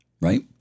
right